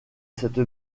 cette